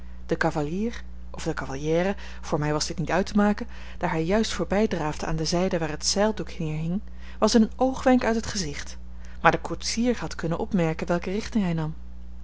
de cavalier of de cavalière voor mij was dit niet uit te maken daar hij juist voorbij draafde aan de zijde waar het zeildoek neerhing was in een oogwenk uit het gezicht maar de koetsier had kunnen opmerken welke richting hij nam